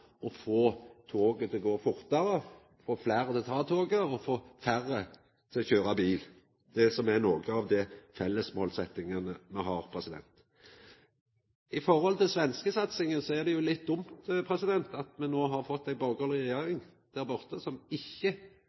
å få toget til å gå fortare, få fleire til å ta toget og færre til å kjøra bil. Det er nokre av dei felles målsetjingane me har. Når det gjeld svenskesatsinga, er det litt dumt at me no har fått ei borgarleg regjering der borte som ikkje